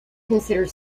consider